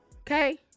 okay